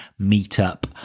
meetup